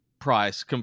price